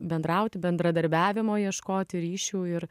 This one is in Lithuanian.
bendrauti bendradarbiavimo ieškoti ryšių ir